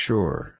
Sure